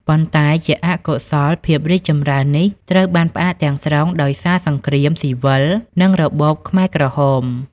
ប៉ុន្តែជាអកុសល ភាពរីកចម្រើននេះត្រូវបានផ្អាកទាំងស្រុងដោយសារសង្គ្រាមស៊ីវិល និងរបបខ្មែរក្រហម។